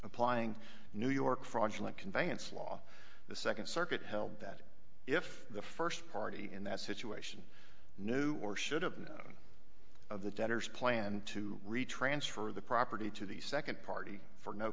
applying new york fraudulent conveyance law the second circuit held that if the first party in that situation knew or should have known of the debtors planned to retransfer the property to the second party for no